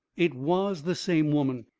it was the same woman.